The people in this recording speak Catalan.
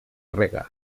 rega